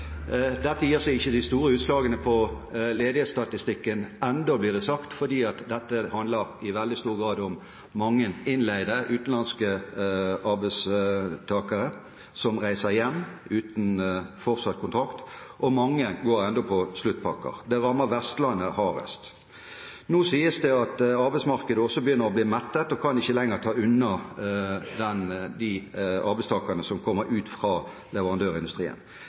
Dette gir ikke de store utslagene på ledighetsstatistikken ennå, blir det sagt, fordi dette handler i veldig stor grad om mange innleide, utenlandske arbeidstakere som reiser hjem uten fortsatt kontrakt, og mange går enda på sluttpakker. Det rammer Vestlandet hardest. Nå sies det at arbeidsmarkedet også begynner å bli mettet og ikke lenger kan ta unna de arbeidstakerne som kommer ut fra leverandørindustrien.